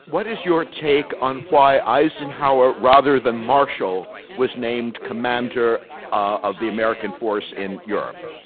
what is your take on why eisenhower rather than marshall was named commander of the american force in europe?